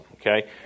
okay